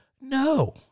no